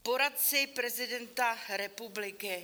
Poradci prezidenta republiky.